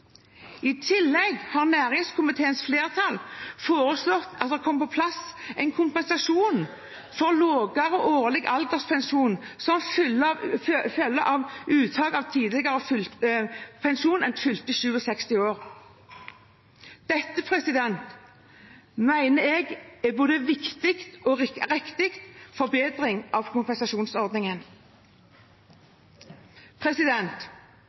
I tillegg har næringskomiteens flertall foreslått at det kommer på plass en kompensasjon for lavere årlig alderspensjon som følge av uttak tidligere enn fylte 67 år. Dette mener jeg er en både viktig og riktig forbedring av